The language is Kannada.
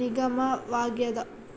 ನಿಗಮವಾಗ್ಯದ